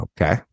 Okay